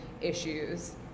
issues